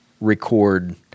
record